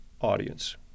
audience